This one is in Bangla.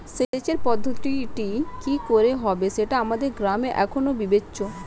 সেচের পদ্ধতিটি কি হবে সেটা আমাদের গ্রামে এখনো বিবেচ্য